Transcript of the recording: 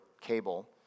cable